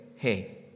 Hey